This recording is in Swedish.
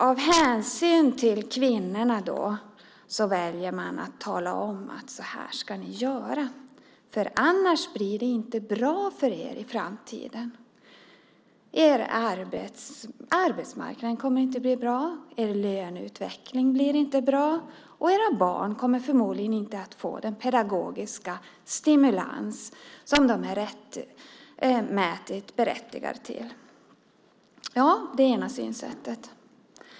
Av hänsyn till kvinnorna väljer man då att säga: Så här ska ni göra. Annars blir det inte bra för er i framtiden. Arbetsmarknaden kommer inte att bli bra. Er löneutveckling blir inte bra, och era barn kommer förmodligen inte att få den pedagogiska stimulans som de är berättigade till. Det är det ena synsättet.